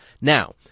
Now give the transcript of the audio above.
Now